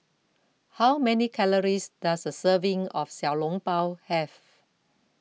how many calories does a serving of Xiao Long Bao have